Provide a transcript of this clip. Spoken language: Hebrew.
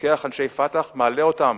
לוקח אנשי "פתח", מעלה אותם